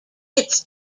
its